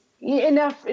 enough